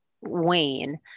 wane